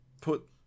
put